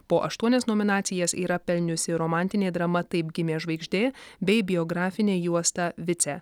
po aštuonias nominacijas yra pelniusi romantinė drama taip gimė žvaigždė bei biografinė juosta vice